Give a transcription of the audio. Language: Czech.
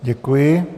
Děkuji.